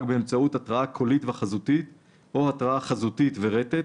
באמצעות התרעה קולית וחזותית או התרעה חזותית ורטט,